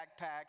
backpacks